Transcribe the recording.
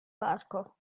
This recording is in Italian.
parco